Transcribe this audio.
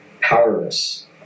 powerless